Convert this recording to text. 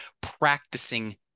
practicing